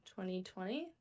2020